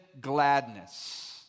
gladness